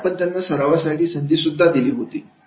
आणि आपण त्यांना सरावासाठी संधीसुद्धा दिली होती